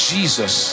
Jesus